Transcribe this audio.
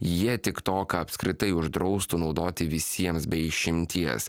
jie tiktoką apskritai uždraustų naudoti visiems be išimties